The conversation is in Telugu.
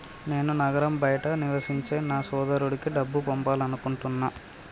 నేను నగరం బయట నివసించే నా సోదరుడికి డబ్బు పంపాలనుకుంటున్నా